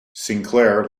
sinclair